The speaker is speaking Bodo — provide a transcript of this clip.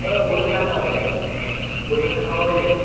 औ बयबो थाङो माथो बयबो थांसावलाबायो